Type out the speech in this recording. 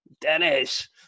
Dennis